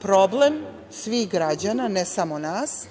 problem svih građana i ne samo nas,